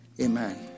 amen